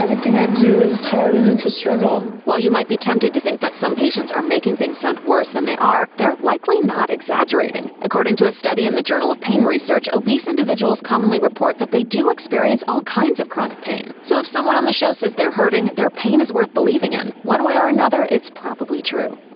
everything i do is hard, and it's a struggle. while you might be tempted to think that some patients are making things sound worse than they are, they're likely not exaggerating. according to a study in the journal of pain research, obese individuals commonly report that they do experience all kinds of chronic pain. so if someone on the show says they're hurting, their pain is worth believing in. one way or another, it's probably true.